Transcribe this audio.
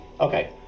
okay